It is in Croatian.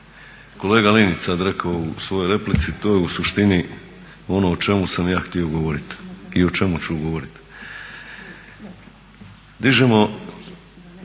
kolega Linić sad rekao u svojoj replici to je u suštini ono o čemu sam ja htio govoriti i o čemu ću govoriti.